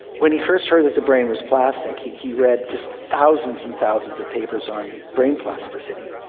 when he first heard that the brain was plastic he he read just thousands and thousands of papers on brain plasticity,